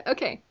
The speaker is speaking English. Okay